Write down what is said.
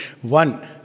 one